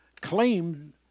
claim